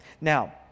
now